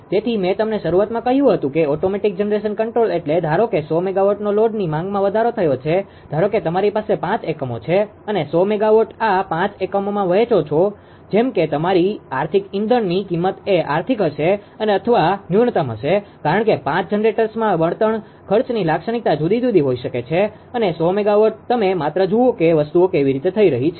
તેથી મેં તમને શરૂઆતમાં કહ્યું હતું કે ઓટોમેટીક જનરેશન કંટ્રોલ એટલે ધારો કે 100 મેગાવોટનો લોડની માંગમાં વધારો થયો છે ધારો કે તમારી પાસે 5 એકમો છે અને 100 મેગાવોટ આ પાંચ એકમોમાં વહેંચો છો જેમ કે તમારી આર્થિક ઇંધણની કિંમત એ આર્થિક હશે અથવા ન્યૂનતમ હશે કારણ કે 5 જનરેટર્સમાં બળતણ ખર્ચની લાક્ષણિકતા જુદી જુદી હોઈ શકે છે અને 100 મેગાવોટ તમે માત્ર જુઓ કે વસ્તુઓ કેવી રીતે થઈ રહી છે